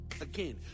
Again